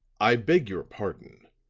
i beg your pardon,